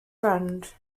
friend